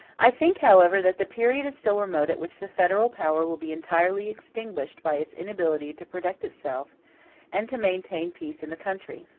i think, however, that the period is still remote at which the federal power will be entirely extinguished by its inability to protect itself and to maintain peace in the country.